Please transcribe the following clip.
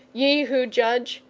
ye who judge,